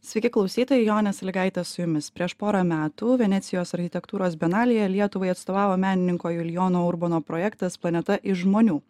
sveiki klausytojai jonė salygaitė su jumis prieš porą metų venecijos architektūros bienalėje lietuvai atstovavo menininko julijono urbono projektas planeta iš žmonių